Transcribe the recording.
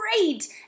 great